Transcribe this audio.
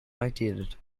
outdated